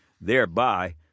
thereby